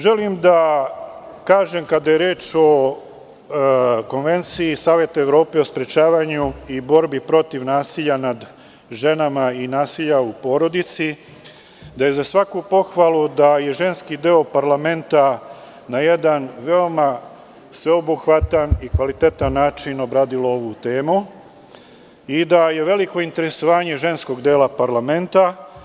Želim da kažem kada je reč o Konvenciji Saveta Evrope i sprečavanju i borbi protiv nasilja nad ženama i nasilja u porodici, da je za svaku pohvalu da je ženski deo parlamenta na jedan veoma sveobuhvatan i kvalitetan način obradio ovu temu i da je veliko interesovanje ženskog dela parlamenta.